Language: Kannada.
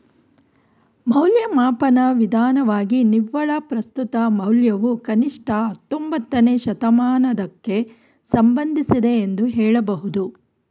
ಮೌಲ್ಯಮಾಪನ ವಿಧಾನವಾಗಿ ನಿವ್ವಳ ಪ್ರಸ್ತುತ ಮೌಲ್ಯವು ಕನಿಷ್ಠ ಹತ್ತೊಂಬತ್ತನೇ ಶತಮಾನದಕ್ಕೆ ಸಂಬಂಧಿಸಿದೆ ಎಂದು ಹೇಳಬಹುದು